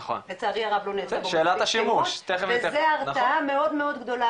לצערי הרב לא נעשה בו מספיק שימוש וזה הרתעה מאוד גדולה,